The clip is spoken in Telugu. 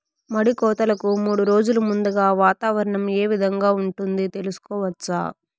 మడి కోతలకు మూడు రోజులు ముందుగా వాతావరణం ఏ విధంగా ఉంటుంది, తెలుసుకోవచ్చా?